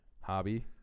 hobby